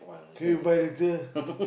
can you buy later